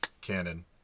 canon